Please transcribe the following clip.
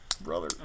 brother